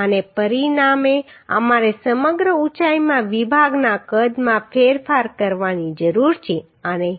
અને પરિણામે અમારે સમગ્ર ઉંચાઈમાં વિભાગના કદમાં ફેરફાર કરવાની જરૂર છે અને